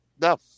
No